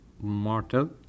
mortal